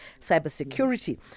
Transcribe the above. cybersecurity